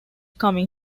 coming